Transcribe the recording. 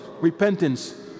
repentance